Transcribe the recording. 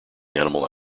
animal